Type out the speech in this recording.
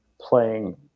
playing